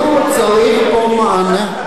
וידונו בה, לא, צריך פה מענה.